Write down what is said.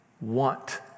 want